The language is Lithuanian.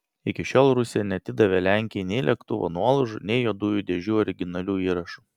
iki šiol rusija neatidavė lenkijai nei lėktuvo nuolaužų nei juodųjų dėžių originalių įrašų